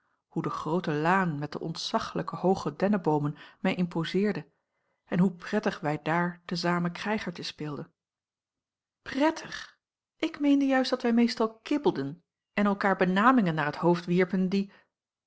hoe de groote laan met de ontzaglijk hooge dennenboomen mij imposeerde en hoe prettig wij dààr te zamen krijgertje speelden prettig ik meende juist dat wij meestal kibbelden en elkaar benamingen naar het hoofd wierpen die